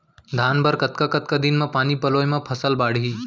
धान बर कतका कतका दिन म पानी पलोय म फसल बाड़ही?